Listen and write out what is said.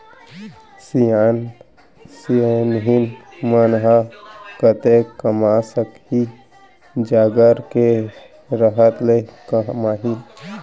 सियान सियनहिन मन ह कतेक कमा सकही, जांगर के रहत ले कमाही